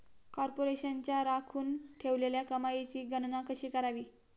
कॉर्पोरेशनच्या राखून ठेवलेल्या कमाईची गणना कशी करावी